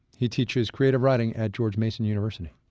he teaches creative writing at george mason university.